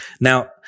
Now